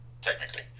technically